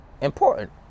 important